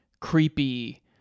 creepy